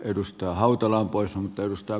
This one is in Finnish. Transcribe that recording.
arvoisa herra puhemies